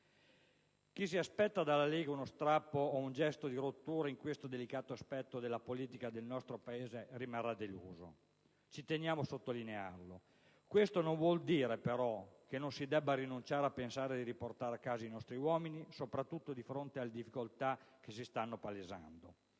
Chi si aspetta dalla Lega uno strappo o un gesto di rottura su questo delicato aspetto della politica del nostro Paese rimarrà deluso: ci teniamo a sottolinearlo. Questo non vuole dire però che si debba rinunciare a pensare di riportare a casa i nostri uomini, soprattutto di fronte alle difficoltà che si stanno palesando.